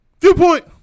Viewpoint